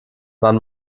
wann